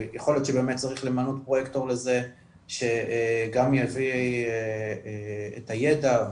ויכול להיות שבאמת צריך למנות פרויקטור שגם יביא את הידע,